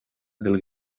del